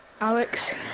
Alex